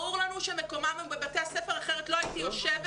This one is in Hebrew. ברור לנו שמקומם הוא בבתי הספר כי אחרת לא הייתי יושבת